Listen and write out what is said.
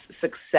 success